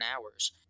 hours